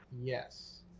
Yes